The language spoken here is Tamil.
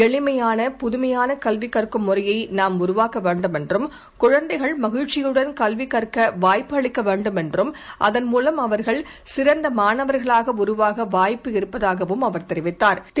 எளிமையான புதமையானகல்விகற்கும் முறையநாம் உருவாக்கவேண்டுமென்றும் குழந்தைகள் மகிழ்ச்சியுடன் கல்விகற்கவாய்ப்பு அளிக்கவேண்டுமென்றும் அதன்மூலம் அவர்கள் சிறந்தமாணவா்ளாகஉருவாகவாய்ப்பு இருப்பதாகவும் அவா் தெரிவித்தாா்